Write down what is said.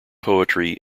poetry